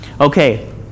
Okay